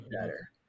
better